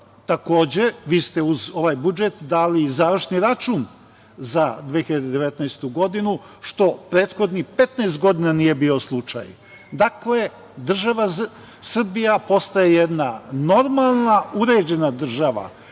popravi. Takođe, vi ste uz ovaj budžet dali i završni račun za 2019. godinu, što prethodnih 15 godina nije bio slučaj. Država Srbija postaje jedna normalna uređena država